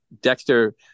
Dexter